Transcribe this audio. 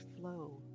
flow